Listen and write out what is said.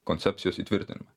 koncepcijos įtvirtin